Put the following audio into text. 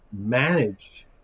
manage